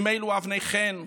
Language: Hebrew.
אם אלו אבני חן,